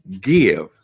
give